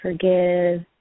forgive